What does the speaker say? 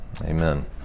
Amen